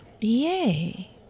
Yay